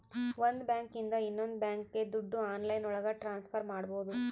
ಒಂದ್ ಬ್ಯಾಂಕ್ ಇಂದ ಇನ್ನೊಂದ್ ಬ್ಯಾಂಕ್ಗೆ ದುಡ್ಡು ಆನ್ಲೈನ್ ಒಳಗ ಟ್ರಾನ್ಸ್ಫರ್ ಮಾಡ್ಬೋದು